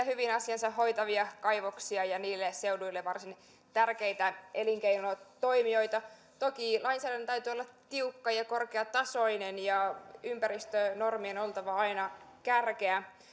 hyvin asiansa hoitavia kaivoksia ja niille seuduille varsin tärkeitä elinkeinotoimijoita toki lainsäädännön täytyy olla tiukka ja korkeatasoinen ja ympäristönormien oltava aina kärkeä